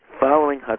following